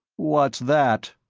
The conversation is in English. what's that?